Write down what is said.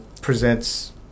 presents